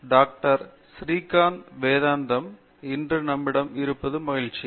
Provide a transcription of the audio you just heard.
doctor Srikanth Vedantham இன்று நம்மிடம் இருப்பது மகிழ்ச்சி